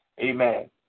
Amen